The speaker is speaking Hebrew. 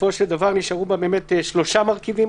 בסופו של דבר נשארו בה רק שלושה מרכיבים.